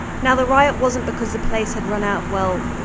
now the riot wasn't because the place had run out of, well,